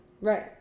Right